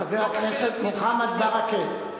חבר הכנסת מוחמד ברכה,